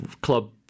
club